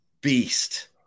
beast